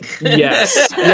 Yes